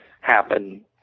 happen